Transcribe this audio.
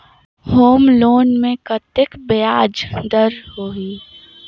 Home loan मे कतेक ब्याज दर होही?